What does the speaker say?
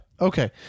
Okay